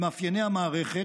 בהתאם למאפייני המערכת,